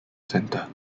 centre